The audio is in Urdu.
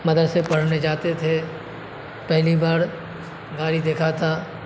مدرسے پڑھنے جاتے تھے پہلی بار گاڑی دیکھا تھا